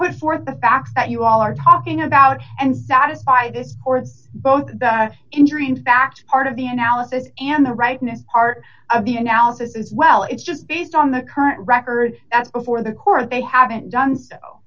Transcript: put forth the facts that you all are talking about and satisfy this or both that injury in fact part of the analysis and the rightness part of the analysis is well it's just based on the current record that's before the court they haven't done so